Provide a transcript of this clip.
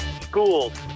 schools